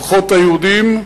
לפחות היהודים,